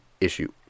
issue